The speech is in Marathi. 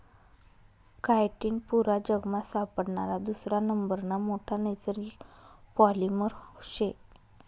काइटीन पुरा जगमा सापडणारा दुसरा नंबरना मोठा नैसर्गिक पॉलिमर शे